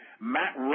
Matt